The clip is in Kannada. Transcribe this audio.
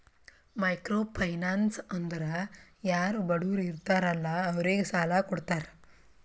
ಮೈಕ್ರೋ ಫೈನಾನ್ಸ್ ಅಂದುರ್ ಯಾರು ಬಡುರ್ ಇರ್ತಾರ ಅಲ್ಲಾ ಅವ್ರಿಗ ಸಾಲ ಕೊಡ್ತಾರ್